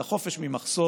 / החופש ממחסור,